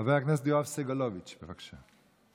חבר הכנסת יואב סגלוביץ', בבקשה.